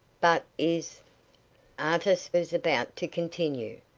but is artis was about to continue,